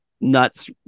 nuts